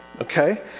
okay